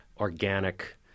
organic